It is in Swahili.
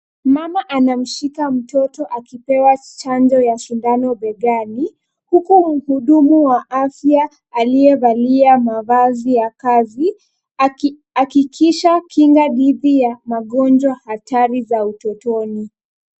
Mama anamshika mtoto akipewa chanjo ya sindano begani, huku muhudumu wa afya aliyevalia mavazi ya kazi, akihakikisha kinga dhidi ya magonjwa hatari za utotoni.